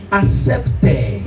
accepted